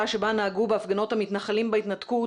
שבה נהגו בהפגנות המתנחלים בהתנתקות,